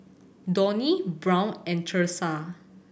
Donnie Brown and Thursa